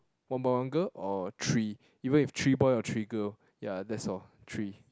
one boy one girl or three even if three boy or three girl ya that's all three